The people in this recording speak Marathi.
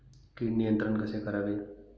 कीड नियंत्रण कसे करावे?